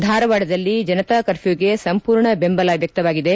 ಧಾರವಾಡದಲ್ಲಿ ಜನತಾ ಕರ್ಫ್ಯೂಗೆ ಸಂಪೂರ್ಣ ಬೆಂಬಲ ವ್ಯಕ್ತವಾಗಿದೆ